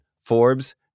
Forbes